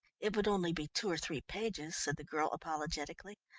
it would only be two or three pages, said the girl apologetically.